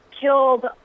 killed